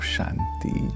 Shanti